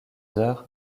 heures